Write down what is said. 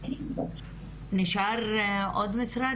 נשאר עוד משרד